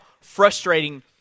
frustrating